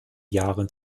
jahren